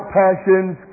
passions